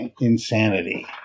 insanity